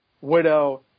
Widow